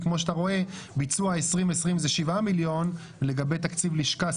כי כמו שאתה רואה ביצוע 2020 זה שבעה מיליון לגבי תקציב לשכה,